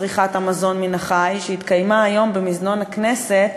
צריכת המזון מן החי שהתקיים היום במזנון הכנסת,